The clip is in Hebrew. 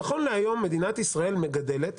נכון להיום מדינת ישראל מגדלת,